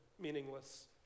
meaningless